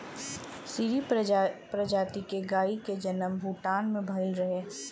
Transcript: सीरी प्रजाति के गाई के जनम भूटान में भइल रहे